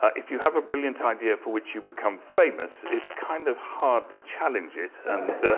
ah if you have a brilliant idea for which you become famous, it's kind of hard to challenge it. and